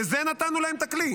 לזה נתנו להם את הכלי,